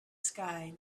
sky